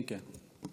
כן, כן.